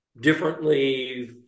differently